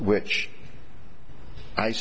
which i